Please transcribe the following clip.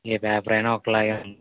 ఏ paper అయినా ఒక్కలాగే ఉంది